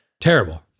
Terrible